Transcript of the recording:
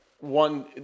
one